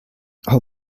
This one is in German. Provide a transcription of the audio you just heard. hau